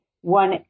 one